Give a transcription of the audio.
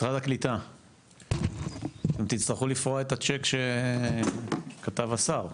משרד הקליטה, אתם תצטרכו לפרוע את הצ'ק שכתב השר.